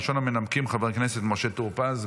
ראשון המנמקים, חבר הכנסת משה טור פז,